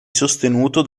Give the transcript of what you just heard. sostenuto